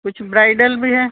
کچھ برائڈل بھی ہے